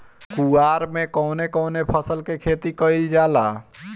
कुवार में कवने कवने फसल के खेती कयिल जाला?